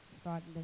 Starting